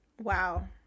Wow